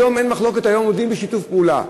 היום אין מחלוקת, היום עובדים בשיתוף פעולה.